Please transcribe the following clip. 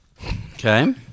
Okay